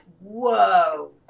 whoa